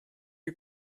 lui